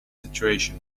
situation